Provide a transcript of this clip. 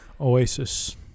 Oasis